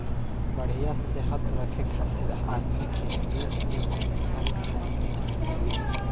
बढ़िया सेहत रखे खातिर आदमी के रोज एगो फल खाए के चाही